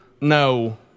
No